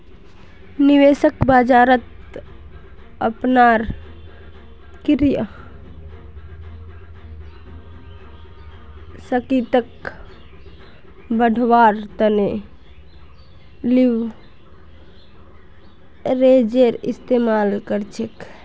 निवेशक बाजारत अपनार क्रय शक्तिक बढ़व्वार तने लीवरेजेर इस्तमाल कर छेक